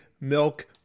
milk